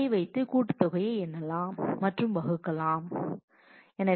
அதை வைத்து கூட்டுத் தொகையை எண்ணலாம் மற்றும் வகுக்கலாம் முடிவில்